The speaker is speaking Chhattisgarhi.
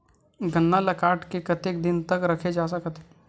गन्ना ल काट के कतेक दिन तक रखे जा सकथे?